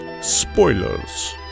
spoilers